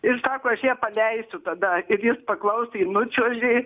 ir sako aš ją paleisiu tada ir jis paklausė ir nučiuožė